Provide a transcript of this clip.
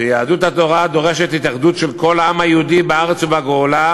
שיהדות התורה דורשת התאחדות של כל העם היהודי בארץ ובגולה,